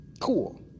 cool